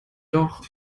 doch